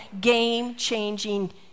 Game-Changing